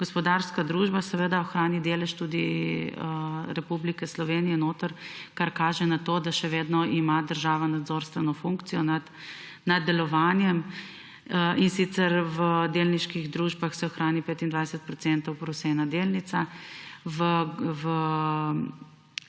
gospodarska družba, ohrani delež Republike Slovenije notri, kar kaže na to, da ima še vedno država nadzorstveno funkcijo nad delovanjem, in sicer v delniških družbah se ohrani 25 % plus ena delnica, v gospodarski družbi